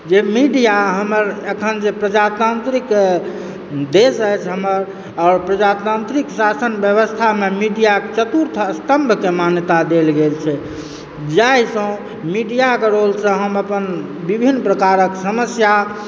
जे मीडिया हमर अखन जे प्रजातांत्रिक देश अछि हमर आओर प्रजातांत्रिक शासन व्यवस्थामे मीडिया चतुर्थ स्तम्भके मान्यता देल गेल छै जाहिसँ मीडियाक रोलसँ हम अपन विभिन्न प्रकारक समस्याक